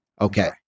Okay